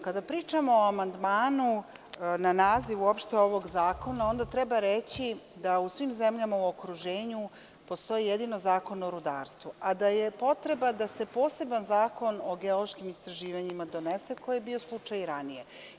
Kada pričamo o amandmanu na naziv uopšte ovog zakona, onda treba reći da u svim zemljama u okruženju postoji jedino zakon o rudarstvu, a da je potreba da se poseban zakon o geološkim istraživanjima donese, koji je bio slučaj i ranije.